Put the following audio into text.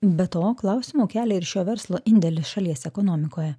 be to klausimų kelia ir šio verslo indėlis šalies ekonomikoje